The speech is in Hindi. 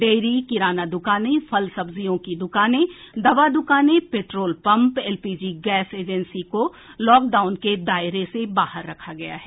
डेयरी किराना दुकानें फल सब्जियों की दुकानें दवा दुकानें petrol pump LPG gas agency को लॉकडाउन के दायरे से बाहर रखा गया है